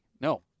No